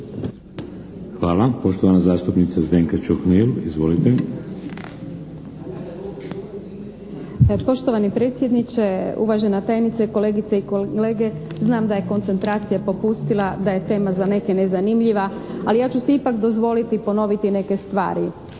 Hvala. Poštovana zastupnica Zdenka Čuhnil. Izvolite. **Čuhnil, Zdenka (Nezavisni)** Poštovani predsjedniče, uvažena tajnice, kolegice i kolege. Znam da je koncentracija popustila, da je tema za neke nezanimljiva, ali ja ću si ipak dozvoliti ponoviti neke stvari.